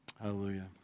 Hallelujah